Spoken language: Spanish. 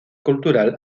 cultural